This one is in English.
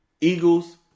Eagles